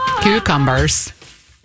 cucumbers